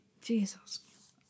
Jesus